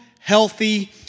healthy